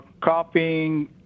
Copying